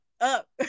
up